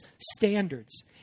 standards